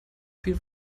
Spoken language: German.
viel